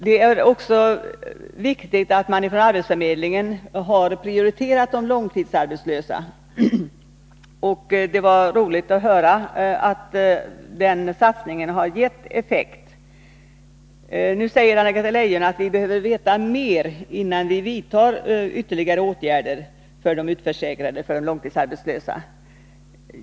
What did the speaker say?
Det är bra att arbetsförmedlingarna har prioriterat de långtidsarbetslösa. Det var roligt att höra att denna satsning har gett effekt. Nu säger emellertid Anna-Greta Leijon att vi behöver veta mer, innan vi vidtar ytterligare åtgärder för de långtidsarbetslösa och de utförsäkrade.